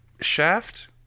Shaft